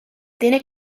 tiene